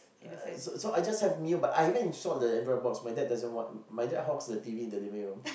uh so so I just have Mio but I haven't installed the Android box my dad doesn't want my dad hogs the T_V in the living room